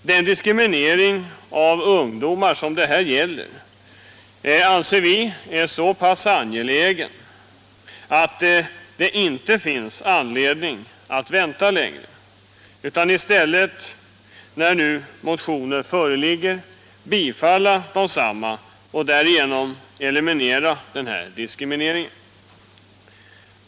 Men diskriminering av ungdomar det här gäller anser vi vara så pass allvarlig att det inte finns anledning att vänta längre utan att man i stället, när nu motioner föreligger, bör bifalla desamma och därigenom eliminera denna diskriminering.